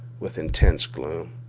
with intense gloom.